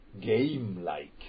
game-like